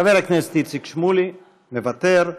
חבר הכנסת איציק שמולי, מוותר.